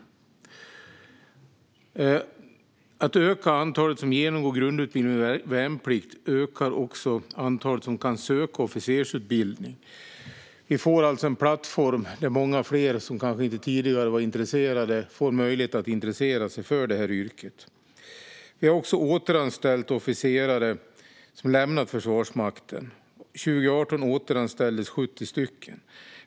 Om man ökar antalet som genomgår grundutbildning och värnplikt, ökar också det antal som kan söka officersutbildning. Vi får alltså en plattform där många fler som kanske inte tidigare var intresserade får möjlighet att intressera sig för detta yrke. Vi har också återanställt officerare som lämnat Försvarsmakten. År 2018 återanställdes 70.